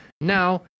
now